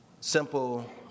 simple